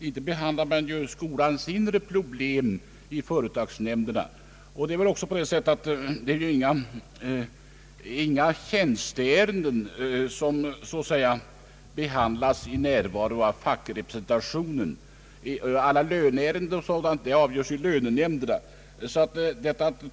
Inte behandlar man skolans inre problem i företagsnämnderna. Inga tjänsteärenden behandlas i närvaro av fackrepresentationen. Alla löneärenden avgörs i lönenämnderna.